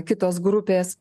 kitos grupės